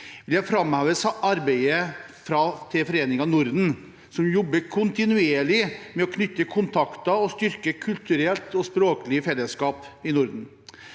vil jeg framheve arbeidet til Foreningen Norden, som jobber kontinuerlig med å knytte kontakter og styrke kulturelt og språklig fellesskap i Norden.